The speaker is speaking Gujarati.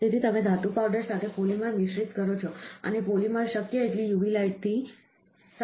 તેથી તમે ધાતુ પાવડર સાથે પોલિમર મિશ્રિત કરો છો અને પોલિમર શક્ય એટલી UV લાઇટથી સાજો થાય છે